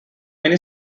many